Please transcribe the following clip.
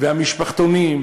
המשפחתונים,